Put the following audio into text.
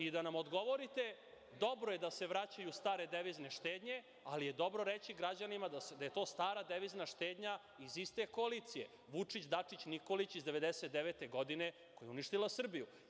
I da nam odgovorite, dobro je da se vraćaju stare devizne štednje, ali je i dobro reći građanima da je to stara devizna štednja iz iste koalicije Vučić-Dačić-Nikolić iz 1999. godine, koja je uništila Srbiju.